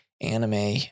Anime